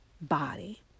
body